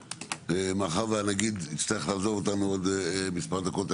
מאחר והנגיד יצטרך לעזוב אותנו עוד מספר דקות.